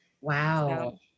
Wow